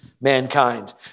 mankind